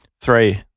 Three